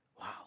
Wow